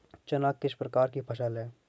चना किस प्रकार की फसल है?